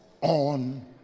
on